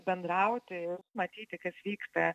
bendrauti matyti kas vyksta